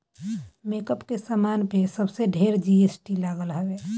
makeup के सामान पे सबसे ढेर जी.एस.टी लागल हवे